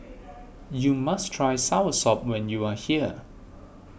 you must try Soursop when you are here